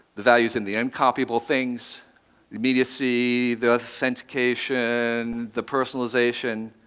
the value's in the uncopiable things, the immediacy, the authentication, the personalization.